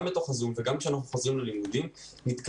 גם בתוך הזום וגם כשאנחנו חוזרים ללימודים נתקלים